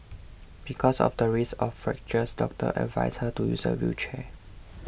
because of the risk of fractures doctors advised her to use a wheelchair